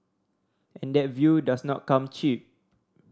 and that view does not come cheap